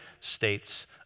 States